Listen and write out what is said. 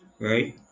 Right